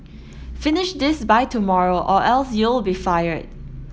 finish this by tomorrow or else you'll be fired